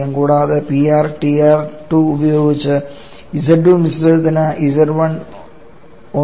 കൂടാതെ Pr Tr2 ഉപയോഗിച്ച് Z2 മിശ്രിതത്തിന് Z1 1